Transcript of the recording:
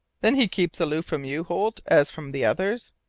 then he keeps aloof from you, holt, as from the others?